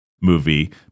movie